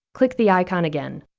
click the icon again.